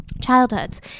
childhoods